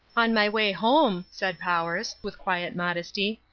on my way home, said powers, with quiet modesty,